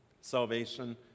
Salvation